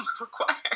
required